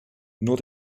nur